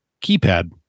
keypad